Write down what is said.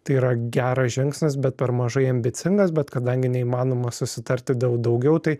tai yra geras žingsnis bet per mažai ambicingas bet kadangi neįmanoma susitarti dėl daugiau tai